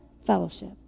Fellowship